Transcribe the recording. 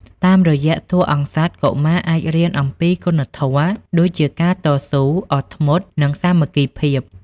តាមរយៈតួអង្គសត្វ កុមារអាចរៀនអំពីគុណធម៌ ដូចជាការតស៊ូ អត់ធ្មត់ និងសាមគ្គីភាព។